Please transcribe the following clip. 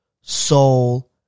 Soul